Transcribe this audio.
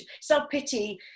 self-pity